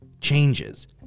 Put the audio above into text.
changes